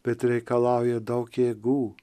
bet reikalauja daug jėgų